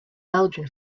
belgian